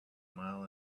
mile